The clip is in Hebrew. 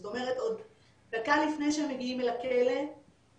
זאת אומרת דקה לפני שהם מגיעים אל הכלא יושבים,